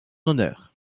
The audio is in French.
honneur